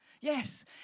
Yes